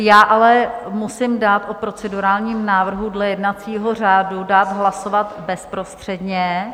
Já ale musím dát o procedurálním návrhu dle jednacího řádu hlasovat bezprostředně.